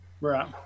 Right